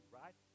right